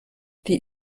die